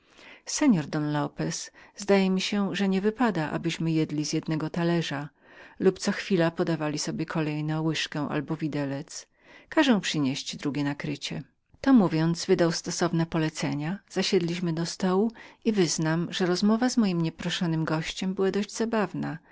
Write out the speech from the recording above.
seor don lopez zdaje mi się że nie wypada abyśmy jedli z jednego talerza lub co chwila podawali sobie kolejno łyżkę albo widelec każę przynieść drugie nakrycie to mówiąc burquerosbusqueros wydał stosowne rozkazy zasiedliśmy do stołu i wyznam że rozmowa mego nieproszonego gościa była dość zabawną